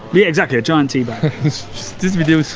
yeah, exactly a giant tebow so